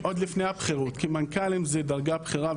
עוד לפני הבכירות כי מנכ"לים זה דרגה בכירה.